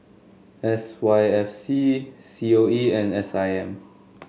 S Y F C C O E and S I M